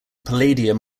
palladium